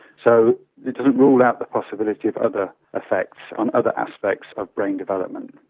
so it doesn't rule out the possibility of other effects on other aspects of brain development.